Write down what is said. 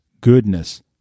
goodness